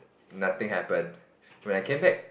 nothing happen when I came back